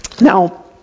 Now